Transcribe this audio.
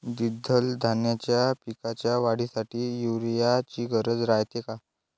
द्विदल धान्याच्या पिकाच्या वाढीसाठी यूरिया ची गरज रायते का?